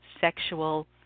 sexual